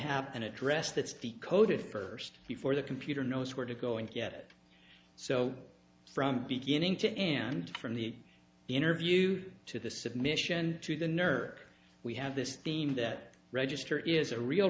have an address that's be coded first before the computer knows where to go and get it so from beginning to end from the interview to the submission to the nerve we have this theme that register is a real